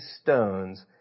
stones